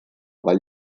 vall